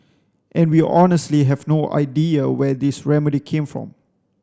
and we honestly have no idea where this remedy came for